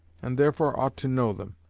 and therefore ought to know them,